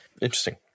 interesting